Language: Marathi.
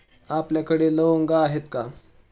आपल्याकडे लवंगा आहेत का?